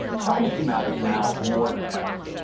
privacy matters now more than ever.